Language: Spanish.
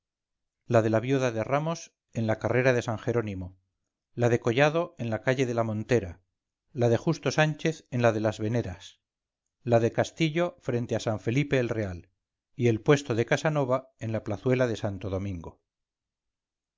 la de la viuda de ramos en la carrera de san jerónimo la de collado en la calle de la montera la de justo sánchez en la de las veneras la de castillo frente a san felipe el real y el puesto de casanova en la plazuela de santo domingo